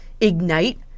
ignite